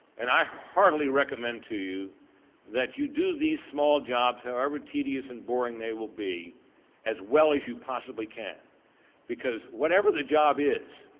and i heartily recommend to you that you do these small jobs however tedious and boring they will be as well as you possibly can because whatever the job is,